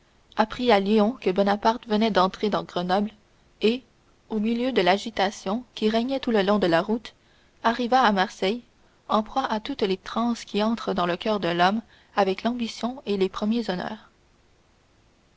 apprit à lyon que bonaparte venait d'entrer à grenoble et au milieu de l'agitation qui régnait tout le long de la route arriva à marseille en proie à toutes les transes qui entrent dans le coeur de l'homme avec l'ambition et les premiers honneurs